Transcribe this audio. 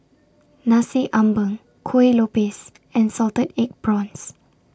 Nasi Ambeng Kuih Lopes and Salted Egg Prawns